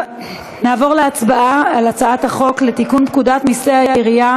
נעבור להצבעה על הצעת החוק לתיקון פקודת מסי העירייה